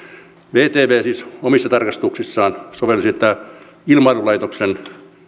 vtv siis omissa tarkastuksissaan sovelsi tätä ilmailulaitoksen